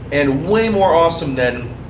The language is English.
and way more awesome than